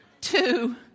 Two